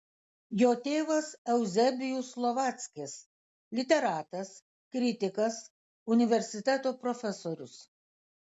jo tėvas euzebijus slovackis literatas kritikas universiteto profesorius